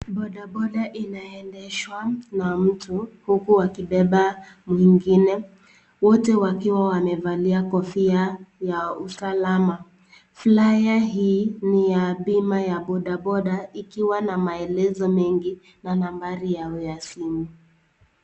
Bodaboda inaendeshwa na mtu huku akibeba mwingine wote wakiwa wamevalia kofia ya usalama flyer hii ni ya bima ya bodaboda ikiwa na maelezo mengi na nambari yao ya simu.